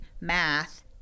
math